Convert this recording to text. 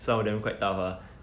some of them quite tough lah